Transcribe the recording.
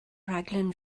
rhaglen